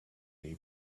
lay